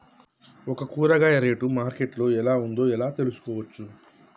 ఒక కూరగాయ rate market లో ఎలా ఉందో ఎలా తెలుసుకోవచ్చు?